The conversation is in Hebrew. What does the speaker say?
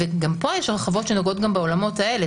גם פה יש הרחבות שנוגעות גם בעולמות האלה.